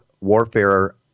warfare